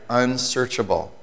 unsearchable